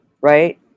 right